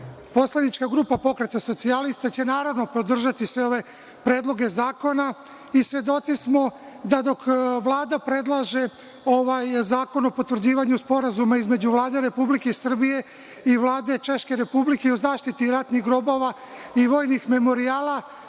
Poslanička grupa Pokret socijalista će naravno podržati sve ove predloge zakona. Svedoci smo da dok Vlada predlaže Zakon o potvrđivanju Sporazuma između Vlade Republike Srbije i Vlade Češke Republike o zaštiti ratnih grobova i vojnih memorijala,